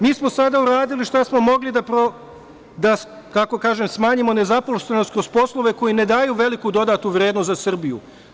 Mi smo sada uradili šta smo mogli da, kako da kažem, smanjimo nezaposlenost kroz poslove koji ne daju veliku dodatu vrednost za Srbiju.